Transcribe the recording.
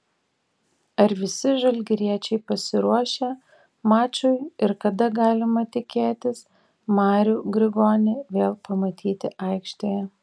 ar visi žalgiriečiai pasiruošę mačui ir kada galima tikėtis marių grigonį vėl pamatyti aikštėje